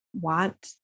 want